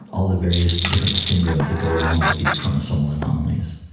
all the various different syndromes that go along with these chromosomal anomalies,